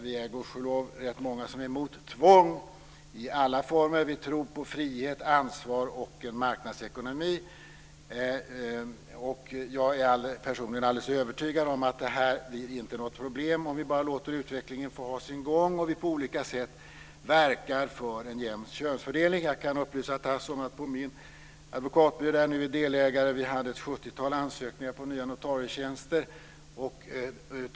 Vi är gudskelov rätt många som är emot tvång i alla former. Vi tror på frihet, ansvar och en marknadsekonomi. Jag är personligen alldeles övertygad om att detta inte blir något problem om vi bara låter utvecklingen få ha sin gång och om vi på olika sätt verkar för en jämn könsfördelning. Jag kan upplysa Tasso om att på min advokatbyrå, där jag nu är delägare, hade vi ett sjuttiotal ansökningar till nya notarietjänster.